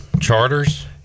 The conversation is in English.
charters